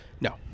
No